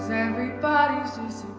everybody's